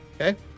Okay